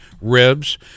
ribs